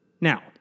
Now